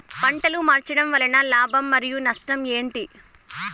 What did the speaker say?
పంటలు మార్చడం వలన లాభం మరియు నష్టం ఏంటి